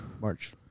March